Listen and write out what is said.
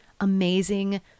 amazing